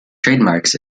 trademarks